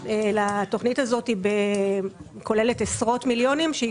אלא התכנית האת כוללת עשרות מיליוני שקלים והיא